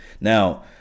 Now